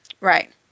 right